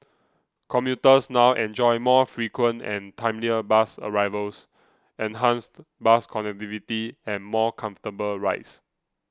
commuters now enjoy more frequent and timelier bus arrivals enhanced bus connectivity and more comfortable rides